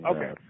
Okay